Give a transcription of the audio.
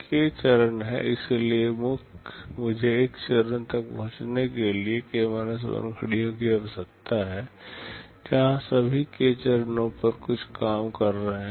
के चरण हैं इसलिए मुझे एक चरण तक पहुंचने के लिए k 1 घड़ियों की आवश्यकता है जहां सभी k चरणों कुछ पर काम कर रहे हैं